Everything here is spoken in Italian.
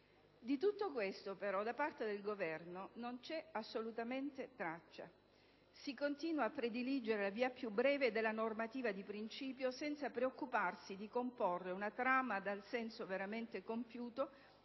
Di tutto questo, però, nelle proposte del Governo non c'è assolutamente traccia. Si continua a prediligere la via più breve della normativa di principio senza preoccuparsi di comporre una trama dal senso veramente compiuto,